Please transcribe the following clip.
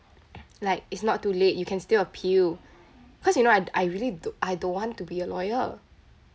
like it's not too late you can still appeal cause you know I I really don't I don't want to be a lawyer